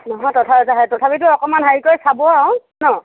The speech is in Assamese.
নহয় তথাপিতো অকণমান হেৰি কৰি চাব আৰু ন'